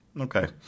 Okay